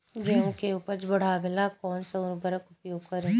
गेहूँ के उपज बढ़ावेला कौन सा उर्वरक उपयोग करीं?